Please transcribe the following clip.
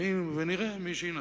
ונראה מי ינצח.